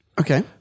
Okay